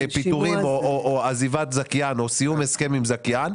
פיטורים או עזיבת זכיין או סיום הסכם עם זכיין,